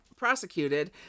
prosecuted